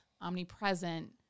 omnipresent